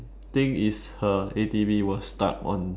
thing is her A_T_V was stuck on